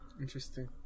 Interesting